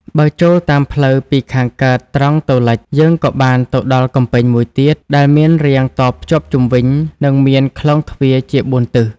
បើចូលតាមផ្លូវពីខាងកើតត្រង់ទៅលិចយើងក៏បានទៅដល់កំពែងមួយទៀត ដែលមានរាងតភ្ជាប់ជុំវិញ និងមានខ្លោងទ្វារជាបួនទិស ។